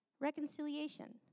Reconciliation